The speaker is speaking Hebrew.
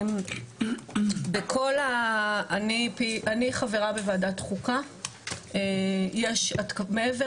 אני חברה בוועדת חוקה, יש מעבר